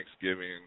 Thanksgiving